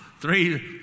three